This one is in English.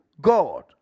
God